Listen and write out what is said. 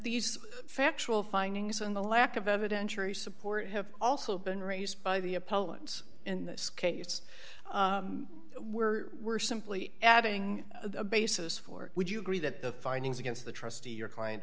these factual findings and the lack of evidentiary support have also been raised by the appellant in this case where we're simply adding a basis for would you agree that the findings against the trustee your client